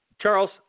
Charles